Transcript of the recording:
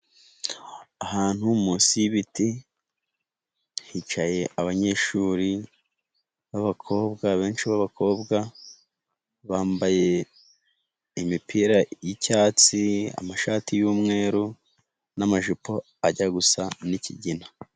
Ahantu munsi y'ibiti, hicaye abanyeshuri b'abakobwa, benshi b'abakobwa, bambaye imipira y'icyatsi, amashati y'umweru n'amajipo ajya gusa n'ikigina.